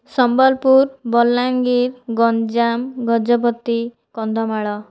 Sambalpur Balangir Ganjam Gajapati Kandhamal